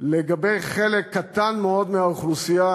לגבי חלק קטן מאוד מהאוכלוסייה